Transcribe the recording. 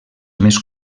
més